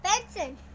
Benson